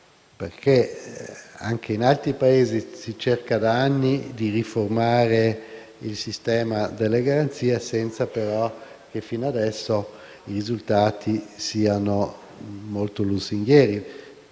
perché anche in altri Paesi si cerca da anni di riformare il sistema delle garanzie senza però che finora i risultati siano stati molto lusinghieri.